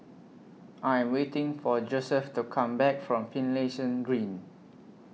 I Am waiting For Joseph to Come Back from Finlayson Green